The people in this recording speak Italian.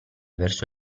verso